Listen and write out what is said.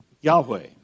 Yahweh